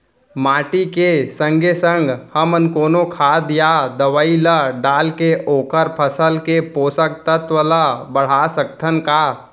माटी के संगे संग हमन कोनो खाद या दवई ल डालके ओखर फसल के पोषकतत्त्व ल बढ़ा सकथन का?